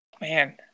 Man